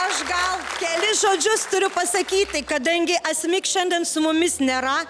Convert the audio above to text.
aš gal kelis žodžius turiu pasakyti kadangi asmik šiandien su mumis nėra